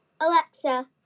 Alexa